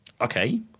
Okay